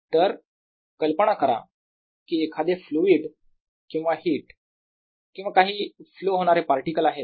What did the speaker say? तर कल्पना करा की एखादे फ्लुईड किंवा हिट किंवा काही फ्लो होणारे पार्टिकल आहे